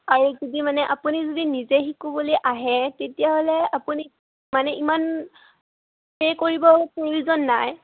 আৰু যদি মানে আপুনি যদি নিজে শিকোঁ বুলি আহে তেতিয়াহ'লে আপুনি মানে ইমান পে' কৰিব প্ৰয়োজন নাই